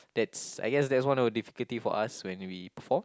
that's I guess that's one of the difficulty for us when we perform